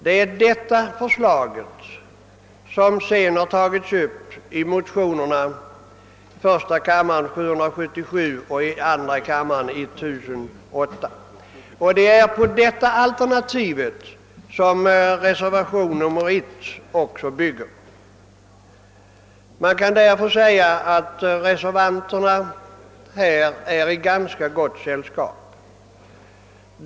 Det är detta förslag som tagits upp i motionerna I: 777 och I1: 1008, på vilka reservationen 1 i sin tur bygger. Vi reservanter är alltså i ganska gott sällskap.